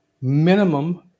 minimum